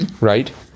Right